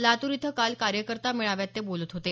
लातूर इथं काल कार्यकर्ता मेळाव्यात ते बोलत होते